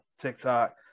TikTok